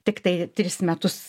tiktai tris metus